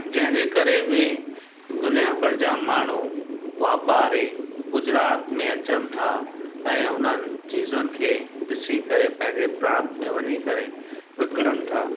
जंहिंजे करे बि दुनिया भर जा माण्हू वापारी गुजरात में अचनि था ऐं हुननि चीज़ुनि खे ॾिसी करे पंहिंजे प्रांत में वञी करे विकिणनि था